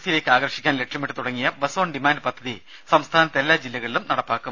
സിയിലേക്ക് ആകർഷിക്കാൻ ലക്ഷ്യമിട്ട് തുടങ്ങിയ ബസ് ഓൺ ഡിമാന്റ് പദ്ധതി സംസ്ഥാനത്ത് എല്ലാ ജില്ലകളിലും നടപ്പാക്കും